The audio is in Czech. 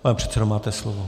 Pane předsedo, máte slovo.